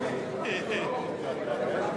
אדוני היושב-ראש,